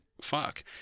fuck